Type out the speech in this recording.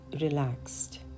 relaxed